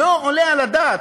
לא עולה על הדעת.